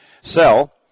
sell